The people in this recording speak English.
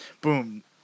Boom